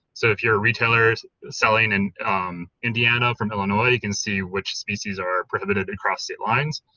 so if you're a retailer selling in indiana from illinois you can see which species are prohibited across state lines,